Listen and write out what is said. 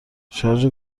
شارژ